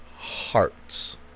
Hearts